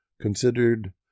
considered